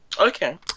Okay